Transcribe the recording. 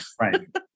Right